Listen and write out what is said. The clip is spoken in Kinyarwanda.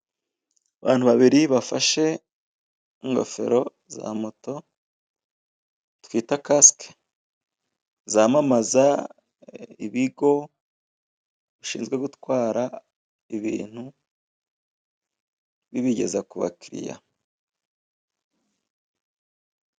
Abantu babiri bafashe ingofero za moto, twita kasike, zamamaza ibigo bishinzwe bitwara ibintu bibigeza ku bakiriya.